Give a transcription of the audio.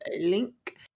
link